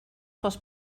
pels